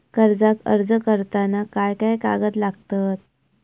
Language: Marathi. कर्जाक अर्ज करताना काय काय कागद लागतत?